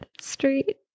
Street